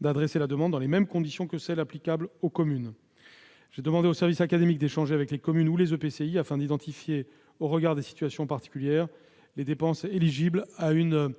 d'adresser la demande dans les mêmes conditions que celles qui sont applicables aux communes. J'ai demandé aux services académiques d'échanger avec les communes ou les EPCI afin d'identifier, au regard des situations particulières, les dépenses éligibles à une